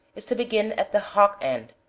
is to begin at the hock end,